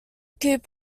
coup